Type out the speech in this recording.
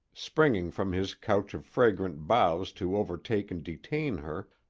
springing from his couch of fragrant boughs to overtake and detain her,